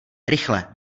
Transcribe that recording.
rychle